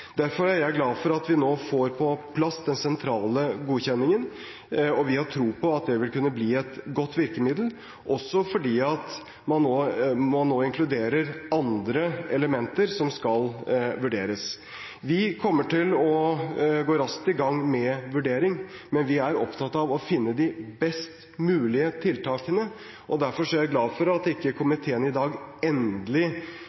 Derfor er jeg glad for at vi nå får på plass den sentrale godkjenningen, og vi har tro på at det vil kunne bli et godt virkemiddel, også fordi man nå inkluderer andre elementer som skal vurderes. Vi kommer til å gå raskt i gang med vurdering, men vi er opptatt av å finne de best mulige tiltakene, og derfor er jeg glad for at komiteen i dag ikke endelig